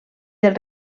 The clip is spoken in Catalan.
del